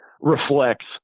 reflects